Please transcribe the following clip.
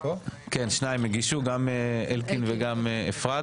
כן שניים הגישו גם אלקין וגם אפרת,